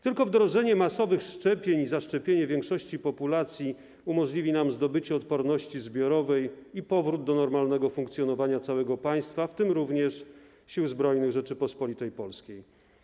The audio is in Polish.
Tylko wdrożenie masowych szczepień i zaszczepienie większości populacji umożliwi nam nabycie odporności zbiorowej i powrót do normalnego funkcjonowania całego państwa, w tym również Sił Zbrojnych Rzeczypospolitej Polskiej.